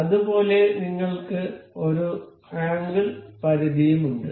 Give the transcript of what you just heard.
അതുപോലെ നിങ്ങൾക്ക് ഒരു ആംഗിൾ പരിധിയും ഉണ്ട്